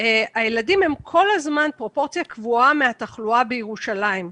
הילדים כל הזמן בפרופורציה קבועה מהתחלואה בירושלים.